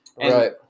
Right